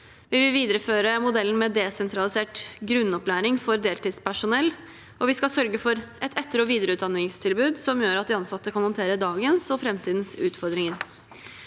Vi vil videreføre modellen med desentralisert grunnopplæring for deltidspersonell, og vi skal sørge for et etter- og videreutdanningstilbud som gjør at de ansatte kan håndtere dagens og framtidens utfordringer.